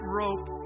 rope